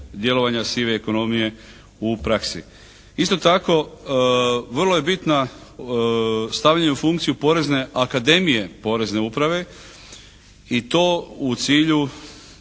djelovanja sive ekonomije u praksi. Isto tako, vrlo je bitna stavljanja u funkciju porezne akademije Porezne uprave i to u cilju